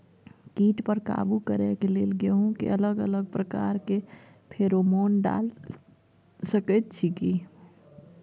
कीट पर काबू करे के लेल गेहूं के अलग अलग प्रकार के फेरोमोन डाल सकेत छी की?